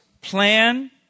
plan